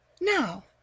Now